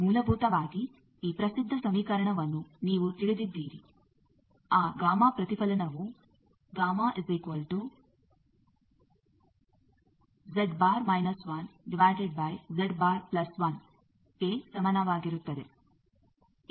ಮೂಲಭೂತವಾಗಿ ಈ ಪ್ರಸಿದ್ಧ ಸಮೀಕರಣವನ್ನು ನೀವು ತಿಳಿದಿದ್ದೀರಿ ಆ ಗಾಮಾ ಪ್ರತಿಫಲನ ಗುಣಾಂಕವು ಕ್ಕೆ ಸಮಾನವಾಗಿರುತ್ತದೆ